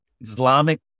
Islamic